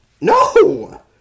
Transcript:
No